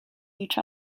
each